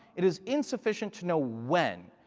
it is insufficient to know when.